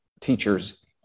teachers